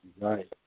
Right